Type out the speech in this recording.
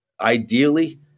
ideally